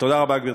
תודה רבה, גברתי.